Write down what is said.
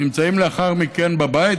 נמצאים לאחר מכן בבית,